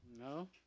No